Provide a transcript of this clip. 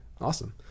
awesome